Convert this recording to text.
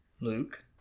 Luke